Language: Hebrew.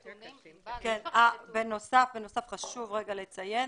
בנוסף, חשוב לציין,